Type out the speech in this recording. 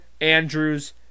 Andrews